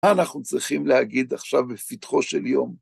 אנחנו צריכים להגיד עכשיו בפתחו של יום.